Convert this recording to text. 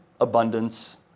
Abundance